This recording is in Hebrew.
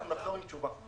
אנחנו נחזור עם תשובה.